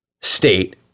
state